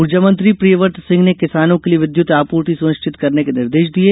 ऊर्जामंत्री प्रियव्रत सिंह ने किसानों के लिए विद्युत आपूर्ति सुनिश्चित करने के निर्देश दिये